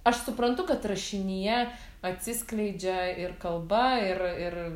aš suprantu kad rašinyje atsiskleidžia ir kalba ir ir